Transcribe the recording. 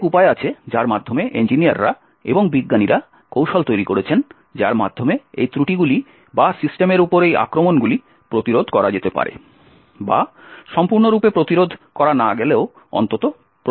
অনেক উপায় আছে যার মাধ্যমে ইন্জিনীয়াররা এবং বিজ্ঞানীরা কৌশল তৈরি করেছেন যার মাধ্যমে এই ত্রুটিগুলি বা সিস্টেমের উপর এই আক্রমণগুলি প্রতিরোধ করা যেতে পারে বা সম্পূর্ণরূপে প্রতিরোধ করা না গেলেও অন্তত প্রশমিত করা যায়